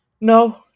No